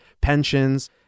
pensions